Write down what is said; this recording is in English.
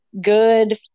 good